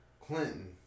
Clinton